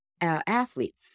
athlete